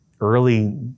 early